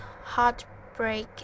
heartbreak